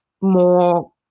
more